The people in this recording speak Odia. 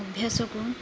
ଅଭ୍ୟାସକୁ